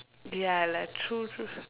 ya lah true true